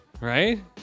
Right